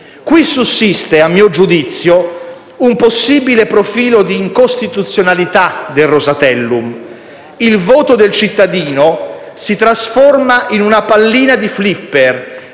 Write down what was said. Qui sussiste - a mio giudizio -un possibile profilo di incostituzionalità del Rosatellum: il voto del cittadino si trasforma in una pallina di flipper,